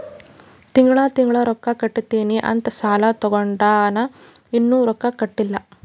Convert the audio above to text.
ತಿಂಗಳಾ ತಿಂಗಳಾ ರೊಕ್ಕಾ ಕಟ್ಟತ್ತಿನಿ ಅಂತ್ ಸಾಲಾ ತೊಂಡಾನ, ಇನ್ನಾ ರೊಕ್ಕಾ ಕಟ್ಟಿಲ್ಲಾ